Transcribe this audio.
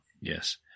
Yes